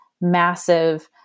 massive